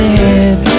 head